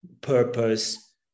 purpose